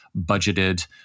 budgeted